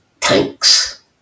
thanks